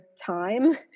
time